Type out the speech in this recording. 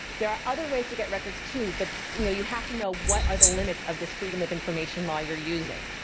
there are other ways to get records too, but you know, you have to know what are the limits of this freedom of information law you're using.